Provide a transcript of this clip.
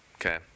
Okay